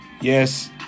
yes